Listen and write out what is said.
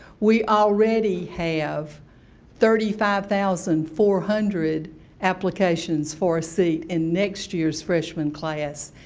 we already have thirty five thousand four hundred applications for a seat in next year's freshman class,